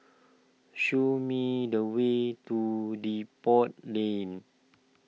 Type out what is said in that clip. show me the way to Depot Lane